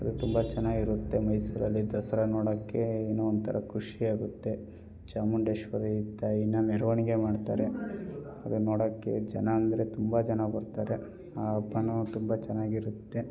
ಅದು ತುಂಬ ಚೆನ್ನಾಗಿರುತ್ತೆ ಮೈಸೂರಲ್ಲಿ ದಸರಾ ನೋಡೋಕ್ಕೆ ಏನೋ ಒಂಥರ ಖುಷಿ ಆಗುತ್ತೆ ಚಾಮುಂಡೇಶ್ವರಿ ತಾಯಿನ ಮೆರವಣ್ಗೆ ಮಾಡ್ತಾರೆ ಅದು ನೋಡೋಕ್ಕೆ ಜನ ಅಂದರೆ ತುಂಬ ಜನ ಬರ್ತಾರೆ ಆ ಹಬ್ಬನೂ ತುಂಬ ಚೆನ್ನಾಗಿರುತ್ತೆ